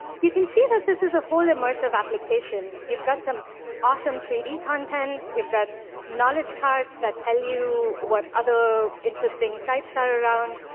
you can see that this is a whole immersive application. you've got some awesome three d content, you've got knowledge cards that tell you what other interesting sites are around.